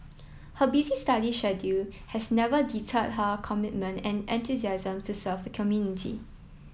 her busy study schedule has never deterred her commitment and enthusiasm to serve the community